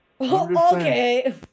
Okay